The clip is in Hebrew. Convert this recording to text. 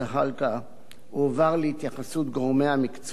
הועבר להתייחסות גורמי המקצוע במשרד התחבורה